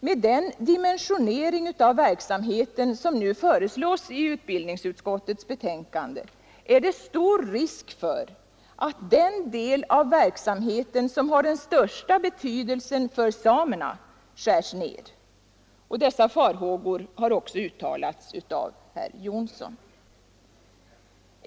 Med den dimensionering av verksamheten som föreslås i utbildningsutskottets betänkande är det stor risk för att den del av verksamheten som har den största betydelsen för samerna skärs ner. Sådana farhågor har också uttalats av herr Jonsson i Alingsås.